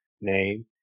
name